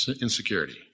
insecurity